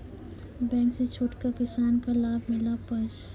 Bank से छूट का किसान का लाभ मिला पर?